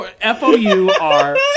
F-O-U-R